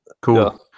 Cool